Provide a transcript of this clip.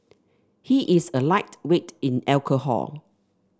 he is a lightweight in alcohol